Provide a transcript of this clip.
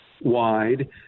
wide